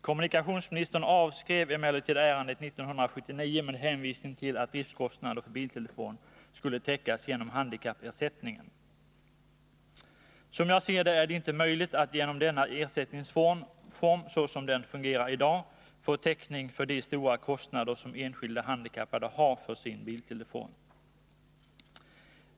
Kommunikationsministern avskrev emellertid ärendet 1979 med hänvisning till att driftkostnader för biltelefon skulle täckas genom handikappersättningen. Som jag ser det är det inte möjligt att genom denna ersättningsform, såsom den fungerar i dag, få täckning för de stora kostnader som enskilda handikappade har för sin biltelefon.